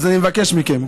אז אני מבקש מכם,